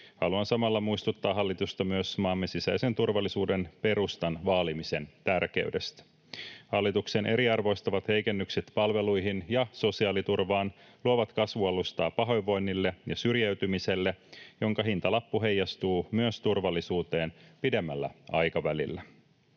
haluan samalla muistuttaa hallitusta myös maamme sisäisen turvallisuuden perustan vaalimisen tärkeydestä. Hallituksen eriarvoistavat heikennykset palveluihin ja sosiaaliturvaan luovat kasvualustaa pahoinvoinnille ja syrjäytymiselle, jonka hintalappu heijastuu myös turvallisuuteen pidemmällä aikavälillä.